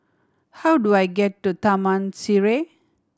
how do I get to Taman Sireh